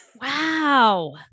Wow